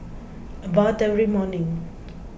I bathe every morning